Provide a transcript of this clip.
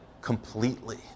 completely